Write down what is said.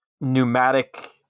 pneumatic